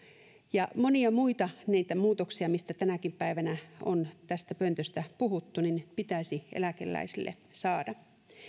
ja monia muita muutoksia mistä tänäkin päivänä on tästä pöntöstä puhuttu pitäisi eläkeläisille saada